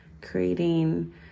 creating